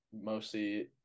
Mostly